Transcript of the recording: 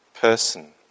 person